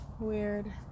Weird